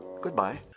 Goodbye